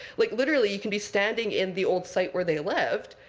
like, literally, you can be standing in the old site where they lived,